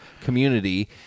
community